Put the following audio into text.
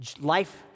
life-